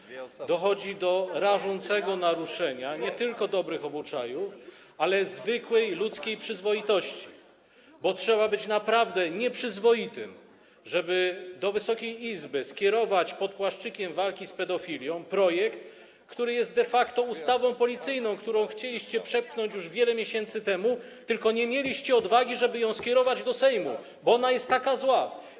Dochodzi do rażącego naruszenia nie tylko dobrych obyczajów, ale zwykłej ludzkiej przyzwoitości, bo trzeba być naprawdę nieprzyzwoitym, żeby do Wysokiej Izby skierować pod płaszczykiem walki z pedofilią projekt, który jest de facto ustawą policyjną, którą chcieliście przepchnąć już wiele miesięcy temu, tylko nie mieliście odwagi, żeby ją skierować do Sejmu, bo ona jest taka zła.